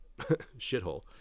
shithole